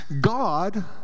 God